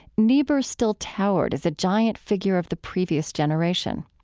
niebuhr still towered as a giant figure of the previous generation.